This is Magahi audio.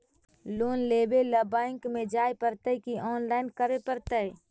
लोन लेवे ल बैंक में जाय पड़तै कि औनलाइन करे पड़तै?